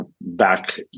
back